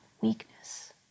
weakness